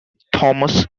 thomas